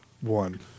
one